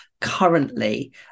currently